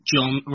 John